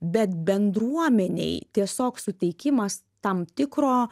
bet bendruomenei tiesiog suteikimas tam tikro